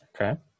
Okay